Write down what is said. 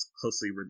closely